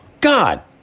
God